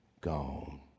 gone